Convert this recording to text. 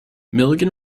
milligan